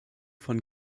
von